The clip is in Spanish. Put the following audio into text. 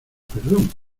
perdón